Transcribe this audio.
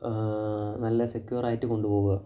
നല്ല സെക്യൂറായിട്ട് കൊണ്ടുപോവുക